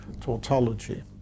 tautology